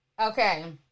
Okay